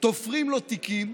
תופרים לו תיקים,